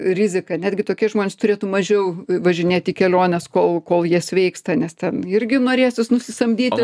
rizika netgi tokie žmonės turėtų mažiau važinėt į keliones kol kol jie sveiksta nes ten irgi norėsis nusisamdyti